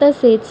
तसेच